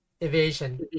Evasion